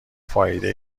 فایده